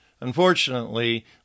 Unfortunately